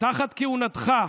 תחת כהונתך,